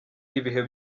ibihe